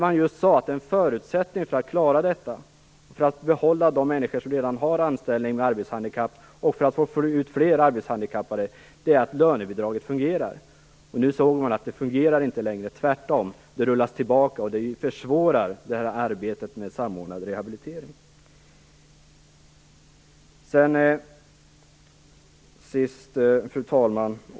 Man sade då att en förutsättning för att man skulle kunna behålla de människor med arbetshandikapp som redan har anställning och för att få ut fler arbetshandikappade på arbetsmarknaden är att lönebidraget fungerar. Nu fungerar det emellertid inte längre, utan det rullas tvärtom tillbaka, vilket försvårar arbetet med en samordnad rehabilitering. Fru talman!